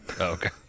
okay